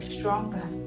stronger